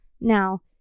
now